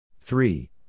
three